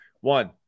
One